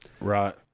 Right